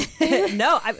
no